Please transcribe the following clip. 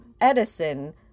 Edison